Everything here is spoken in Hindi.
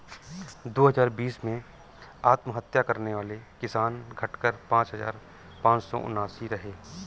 दो हजार बीस में आत्महत्या करने वाले किसान, घटकर पांच हजार पांच सौ उनासी रहे